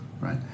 Right